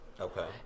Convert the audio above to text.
Okay